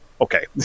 Okay